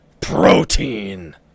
Protein